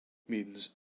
means